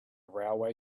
railway